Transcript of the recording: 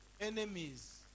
enemies